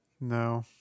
no